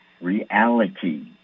reality